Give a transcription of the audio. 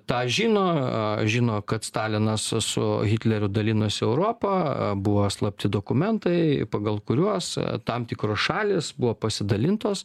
tą žino žino kad stalinas su hitleriu dalinosi europa buvo slapti dokumentai pagal kuriuos tam tikros šalys buvo pasidalintos